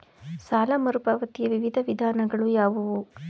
ಸಾಲ ಮರುಪಾವತಿಯ ವಿವಿಧ ವಿಧಾನಗಳು ಯಾವುವು?